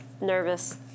nervous